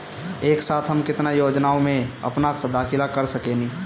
एक साथ हम केतना योजनाओ में अपना दाखिला कर सकेनी?